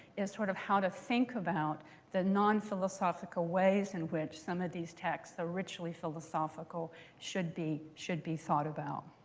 is sort of how to think about the non-philosophical ways in which some of these texts, though richly philosophical, should be should be thought about.